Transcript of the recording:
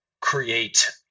create